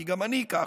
כי גם אני ככה,